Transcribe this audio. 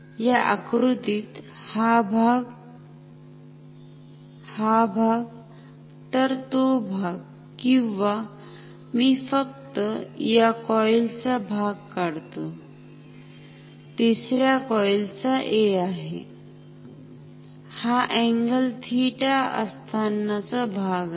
या आकृतीत हा भागहा भाग तर तो भाग किंवा मी फक्त या कॉईल चा भाग काढतो तिसऱ्या कॉईल चा A आहेहा अँगल थिटा असताना चा भाग आहे